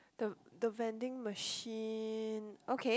the the vending machine okay